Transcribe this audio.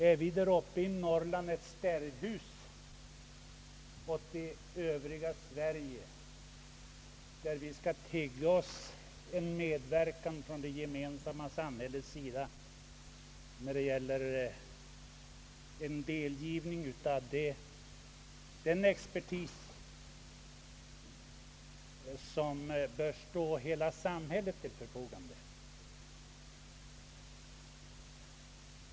är vi där uppe i Norrland ett stärbhus åt det övriga Sverige, där vi skall behöva tigga oss till en medverkan från det gemensamma samhällets sida när det gäller delgivning av en expertis som bör stå till hela samhällets förfogande?